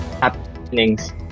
happenings